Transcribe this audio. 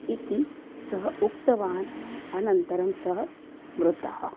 इति सः उक्तवान् अनन्तरं सः मृतः